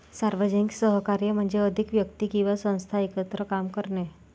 सार्वजनिक सहकार्य म्हणजे अधिक व्यक्ती किंवा संस्था एकत्र काम करणे